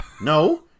No